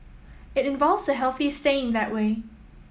it involves the healthy staying that way